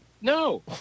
No